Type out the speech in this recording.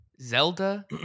Zelda